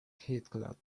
headcloth